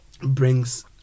brings